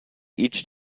each